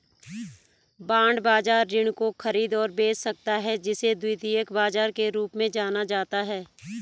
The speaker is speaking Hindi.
बांड बाजार ऋण को खरीद और बेच सकता है जिसे द्वितीयक बाजार के रूप में जाना जाता है